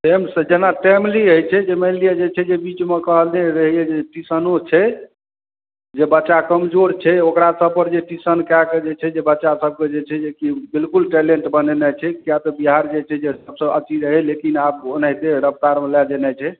time सऽ जेना टेमली होइ छै जे मानि लिअ जे छै जे बीच मे कहने रहियै जे टीशनो छै जे बच्चा कमजोर छै ओकरा सब पर जे टीशन कए कऽ जे छै जे बच्चा सब के जे छै जे कि बिलकुल टैलेंट बनेनाइ छै किया तऽ बिहार जे छै जे सब सऽ अथी रहै लेकिन आब ओनाहिते रफ्तार मे लए जेनाइ छै